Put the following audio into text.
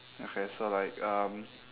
okay so like um